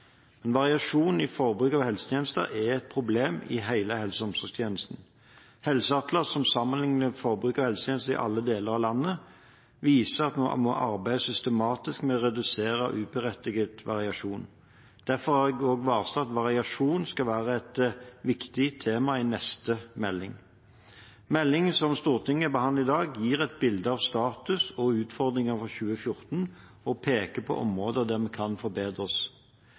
Variasjon i forbruk av helsetjenester er et problem i hele helse- og omsorgstjenesten. Helseatlas, som sammenligner forbruk av helsetjenester i alle deler av landet, viser at vi må arbeide systematisk med å redusere uberettiget variasjon. Derfor har jeg varslet at variasjon skal være et viktig tema i neste melding. Meldingen som Stortinget behandler i dag, gir et bilde av status og utfordringer for 2014 og peker på områder der vi kan forbedre oss.